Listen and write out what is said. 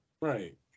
Right